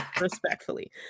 Respectfully